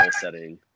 setting